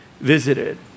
visited